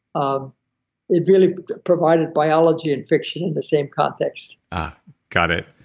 um it really provided biology and fiction in the same context got it.